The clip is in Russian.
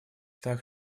так